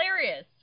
hilarious